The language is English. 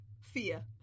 fear